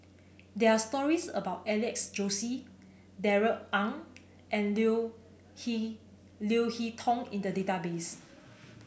there stories about Alex Josey Darrell Ang and Leo Hee Leo Hee Tong in the database